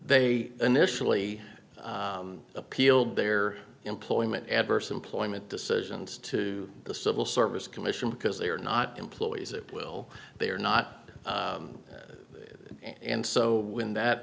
they initially appealed their employment adverse employment decisions to the civil service commission because they are not employees it will they are not and so when that